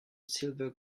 silver